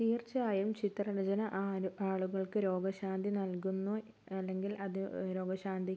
തീർച്ചയായും ചിത്രരചന ആരും ആളുകൾക്ക് രോഗശാന്തി നൽകുന്നു അല്ലങ്കിൽ അത് രോഗശാന്തി